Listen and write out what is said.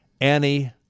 Annie